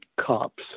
cops